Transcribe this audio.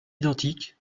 identiques